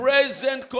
Present